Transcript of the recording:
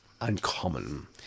uncommon